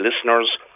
listeners